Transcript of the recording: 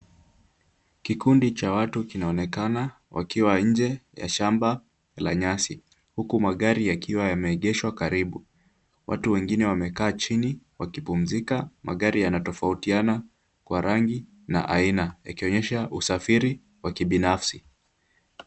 Kikundi cha watu kinaonekana wakiwa nje ya shamba la nyasi huku magari yakiwa yameegeshwa karibu. Watu wengine wamekaa chini wakipumzika. Magari yanatofautiana kwa rangi na aina ikionyesha usafiri wa kibinasfi.